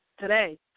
today